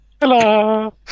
Hello